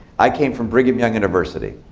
i came from brigham young university.